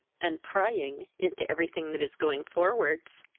and prying into every thing that is going forwards.